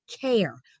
care